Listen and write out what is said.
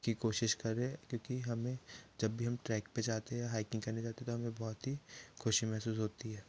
कि कोशिश करें क्योंकि हमें जब भी हम ट्रैक पर जाते हैं या हाइकिंग करने जाते हैं तो हमें बहुत ही खुशी महसूस होती है